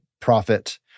profit